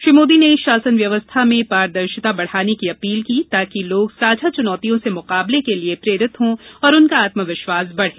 श्री मोदी ने शासन व्यवस्था में पारदर्शिता बढ़ाने की अपील की ताकि लोग साझा चुनौतियों से मुकाबले के लिए प्रेरित हों और उनका आत्मविश्वास बढ़े